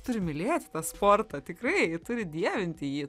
turi mylėti sportą tikrai turi dievinti jį